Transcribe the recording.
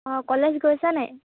অঁ কলেজ গৈছা নাই